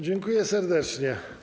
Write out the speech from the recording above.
Dziękuję serdecznie.